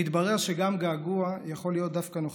מתברר שגם געגוע יכול להיות דווקא נוכחות.